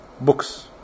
books